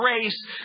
grace